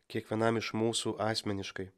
kiekvienam iš mūsų asmeniškai